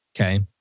Okay